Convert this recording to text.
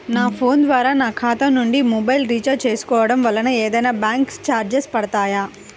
నా ఫోన్ ద్వారా నా ఖాతా నుండి మొబైల్ రీఛార్జ్ చేసుకోవటం వలన ఏమైనా బ్యాంకు చార్జెస్ పడతాయా?